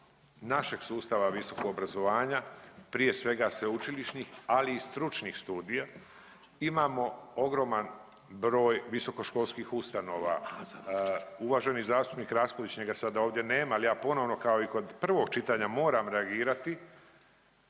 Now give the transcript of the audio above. našeg sustava visokog obrazovanja prije svega sveučilišnih ali i stručnih studija. Imamo ogroman visokoškolskih ustanova. Uvaženi zastupnik Raspudić, njega sada ovdje nema, ali ja ponovo kao i kod prvog čitanja moram reagirati.